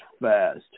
fast